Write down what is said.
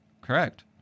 Correct